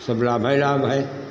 सब लाभ ही लाभ है